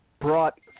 brought